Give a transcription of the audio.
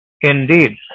indeed